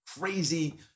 crazy